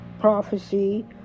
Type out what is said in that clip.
prophecy